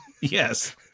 Yes